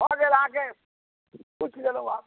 भऽ गेल अहाँके पूछ लेलहुँ आओर